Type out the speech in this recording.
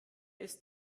ist